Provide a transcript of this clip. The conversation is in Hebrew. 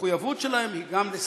המחויבות שלהם היא גם,